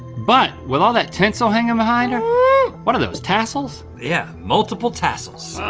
but with all that tinsel hangin' behind her? what are those, tassels? yeah, multiple tassels.